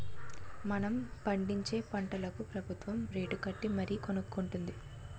మనం పండించే పంటలకు ప్రబుత్వం రేటుకట్టి మరీ కొనుక్కొంటుంది